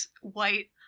white